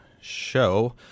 Show